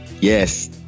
Yes